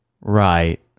Right